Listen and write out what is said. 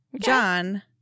John